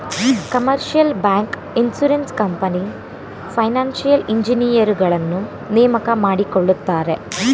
commercial bank, insurance company, financial ಇಂಜಿನಿಯರುಗಳನ್ನು ನೇಮಕ ಮಾಡಿಕೊಳ್ಳುತ್ತಾರೆ